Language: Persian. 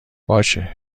باشه